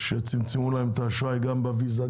כשצמצמו להם את האשראי גם בוויזה,